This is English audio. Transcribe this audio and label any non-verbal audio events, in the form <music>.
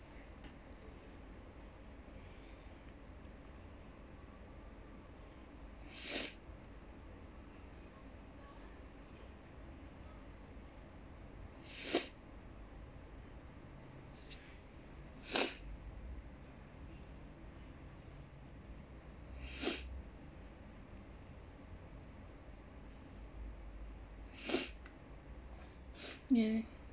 <breath> yeah